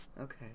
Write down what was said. Okay